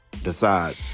Decide